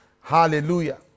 Hallelujah